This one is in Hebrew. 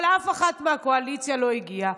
אבל אף אחת מהקואליציה לא הגיעה.